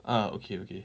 ah okay okay